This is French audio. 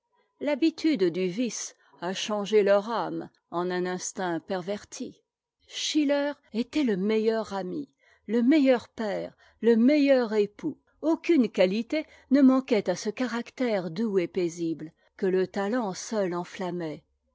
l'habitude du vice a changé leur âme en un instinct perverti schiller était le meilleur ami le meilleur père le meilleur époux aucune qualité ne manquait à ce caractère doux et paisible que le talent seul enflammait